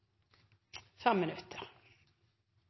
fem